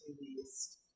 released